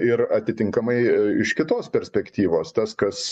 ir atitinkamai iš kitos perspektyvos tas kas